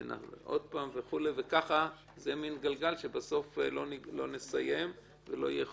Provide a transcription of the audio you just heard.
כי זה יהיה מין גלגל שבסוף לא נסיים ולא יהיה חוק.